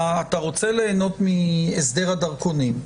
אתה רוצה ליהנות מהסדר הדרכונים?